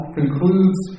concludes